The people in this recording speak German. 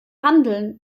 handeln